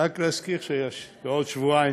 רק להזכיר שבעוד שבועיים